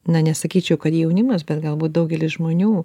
na nesakyčiau kad jaunimas bet galbūt daugelis žmonių